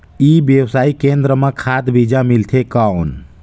ई व्यवसाय केंद्र मां खाद बीजा मिलथे कौन?